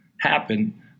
happen